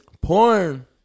Porn